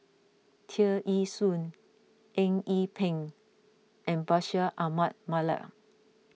Tear Ee Soon Eng Yee Peng and Bashir Ahmad Mallal